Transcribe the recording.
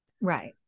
Right